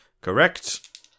Correct